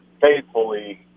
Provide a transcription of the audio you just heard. faithfully